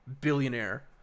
billionaire